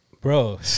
bro